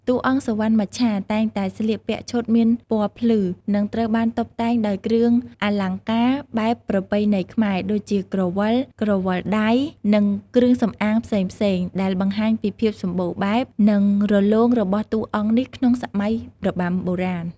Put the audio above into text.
តួអង្គ សុវណ្ណមច្ឆា តែងតែស្លៀកពាក់ឈុតមានពណ៌ភ្លឺ និងត្រូវបានតុបតែងដោយគ្រឿងអលង្ការបែបប្រពៃណីខ្មែរ ដូចជា ក្រវិល ក្រវិលដៃ និងគ្រឿងសំអាងផ្សេងៗ ដែលបង្ហាញពីភាពសម្បូរបែប និងរលោងរបស់តួអង្គនេះក្នុងសម័យរបាំបុរាណ។